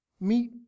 Meet